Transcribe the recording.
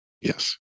Yes